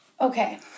Okay